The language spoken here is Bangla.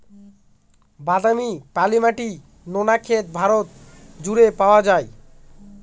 বাদামি, পলি মাটি, নোনা ক্ষেত ভারত জুড়ে পাওয়া যায়